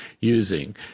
using